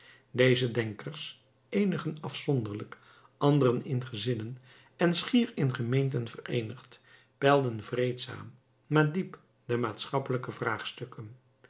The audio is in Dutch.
deze denkers eenigen afzonderlijk anderen in gezinnen en schier in gemeenten vereenigd peilden vreedzaam maar diep de maatschappelijke vraagstukken